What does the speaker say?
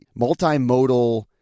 multimodal